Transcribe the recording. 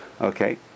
Okay